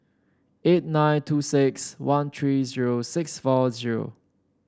eight nine two six one three zero six four zero